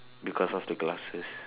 because of the glasses